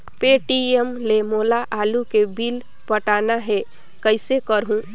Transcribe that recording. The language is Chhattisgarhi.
पे.टी.एम ले मोला आलू के बिल पटाना हे, कइसे करहुँ?